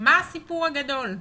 מה הסיפור הגדול?